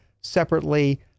separately